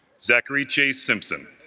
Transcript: zachary chase simpson,